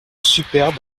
superbe